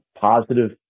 positive